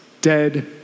dead